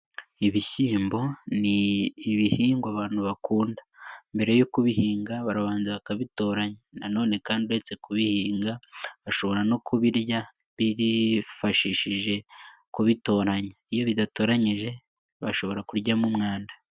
Ibishyimbo ni ibihingwa abantu bakunda. Mbere yo kubihinga barabanza bakabitoranya na none kandi uretse kubihinga, bashobora no kubirya bifashishije kubitoranya, iyo bidatoranyije bashobora kuryamo umwanda.